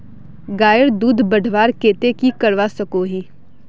गायेर दूध बढ़वार केते की करवा सकोहो ही?